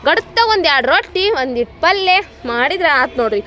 ಗಡದ್ದಾಗ್ ಒಂದು ಎರಡು ರೊಟ್ಟಿ ಒಂದಿಷ್ಟ್ ಪಲ್ಯ ಮಾಡಿದರೆ ಆಯ್ತ್ ನೋಡಿರಿ